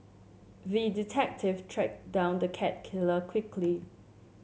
the detective tracked down the cat killer quickly